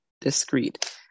discreet